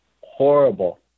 horrible